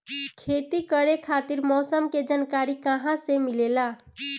खेती करे खातिर मौसम के जानकारी कहाँसे मिलेला?